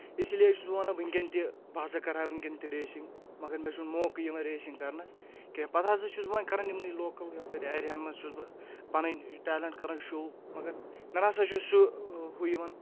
اسی لیے چھُس بہٕ وَنان وٕنکؠن تہِ بہٕ ہَسا کَرٕہا وٕنکیٚن تہِ ریسِنٛگ مگر مےٚ چھُنہٕ موقعہٕ یِوان ریسِنٛگ کَرنَس کینٛہہ پَتہٕ ہسا چھُس بہٕ وۄنۍ کَران یِمنٕے لوکَل یَپٲرۍ ایریاہَن منٛز چھُس بہٕ پَنٕنۍ ٹیلَنٹ کَران شو مگر مےٚ نہ سا چھُ سُہ ہُہ یِوان